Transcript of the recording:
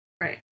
Right